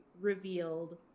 revealed